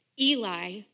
Eli